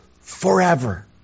forever